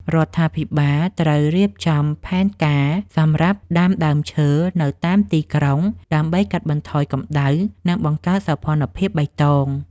រដ្ឋាភិបាលត្រូវរៀបចំផែនការសម្រាប់ដាំដើមឈើនៅតាមទីក្រុងដើម្បីកាត់បន្ថយកម្តៅ និងបង្កើតសោភ័ណភាពបៃតង។